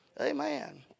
Amen